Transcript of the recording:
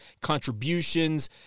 contributions